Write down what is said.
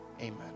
amen